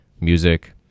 music